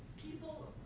people